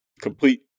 complete